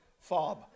fob